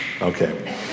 Okay